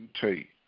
take